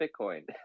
Bitcoin